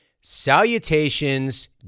Salutations